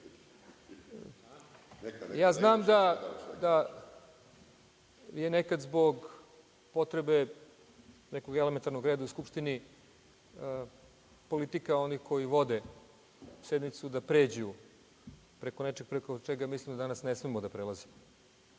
znam da je nekad zbog potrebne nekog elementarnog reda u Skupštini politika onih koji vode sednicu da pređu preko nečeg preko čega mislim da danas ne smemo da prelazimo. Poslanik